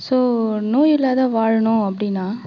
so நோய் இல்லாத வாழணும் அப்படினா